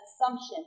assumption